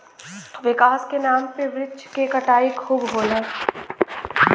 विकास के नाम पे वृक्ष के कटाई खूब होला